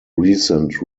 recent